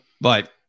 Bye